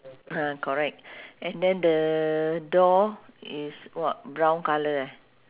ah correct and then the door is what brown colour eh